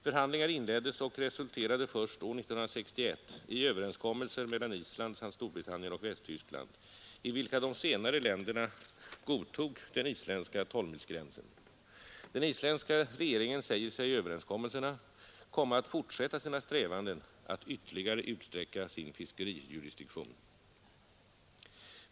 Förhandlingar inleddes och resulterade först år 1961 i överenskommelser mellan Island samt Storbritannien och Västtyskland i vilka de senare länderna godtog den isländska 12-milsgränsen. Den isländska regeringen säger sig i överenskommelserna komma att fortsätta sina strävanden att ytterligare utsträcka sin fiskerijurisdiktion.